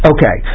Okay